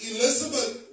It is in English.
Elizabeth